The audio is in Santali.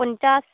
ᱯᱚᱧᱪᱟᱥ